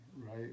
right